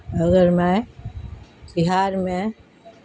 اگر میں بہار میں